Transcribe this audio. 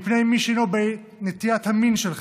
מפני מי שאינו בנטיית המין שלך,